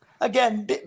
again